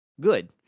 good